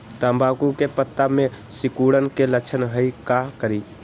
तम्बाकू के पत्ता में सिकुड़न के लक्षण हई का करी?